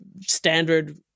standard